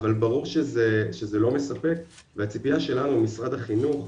אבל ברור שזה לא מספק והציפייה שלנו ממשרד החינוך,